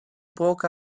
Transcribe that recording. broke